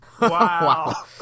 Wow